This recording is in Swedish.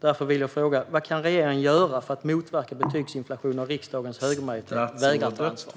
Därför vill jag fråga: Vad kan regeringen göra för att motverka betygsinflation när riksdagens högermajoritet vägrar ta ansvar?